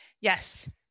Yes